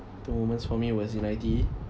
two moments for me was in I_T_E